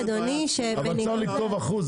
אבל צריך לכתוב אחוז,